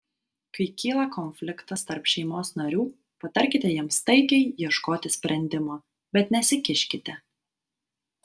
kai kyla konfliktas tarp šeimos narių patarkite jiems taikiai ieškoti sprendimo bet nesikiškite